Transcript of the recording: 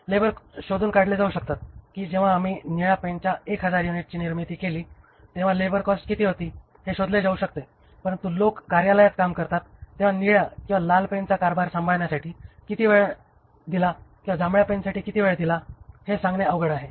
labour शोधून काढले जाऊ शकतात की जेव्हा आम्ही निळ्या पेनच्या 1000 युनिट्सची निर्मिती केली तेव्हा लेबर कॉस्ट किती होती हे शोधले जाऊ शकते परंतु लोक कार्यालयात काम करतात तेव्हा निळ्या किंवा लाल पेनचा कारभार सांभाळण्यासाठी किती वेळ दिला किंवा जांभळ्या पेनसाठी किती वेळ दिला हे सांगणे आवघड आहे